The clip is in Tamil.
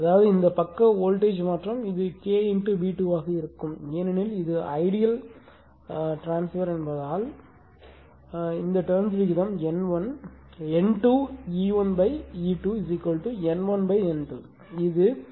அதாவது இந்த பக்க வோல்டேஜ்மாற்றம் இது K V2 ஆக இருக்கும் ஏனெனில் இது ஐடியல் பரிமாற்றம் என்பதால் இந்த டர்ன்ஸ் விகிதம் N1 இது N2 E1 E2 N1 N2 இது E1 E2 N1 N2